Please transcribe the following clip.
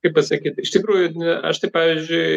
kaip pasakyti iš tikrųjų ne aš tai pavyzdžiui